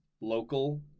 local